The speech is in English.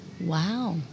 Wow